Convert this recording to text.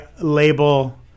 label